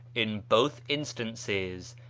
in both instances,